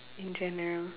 in general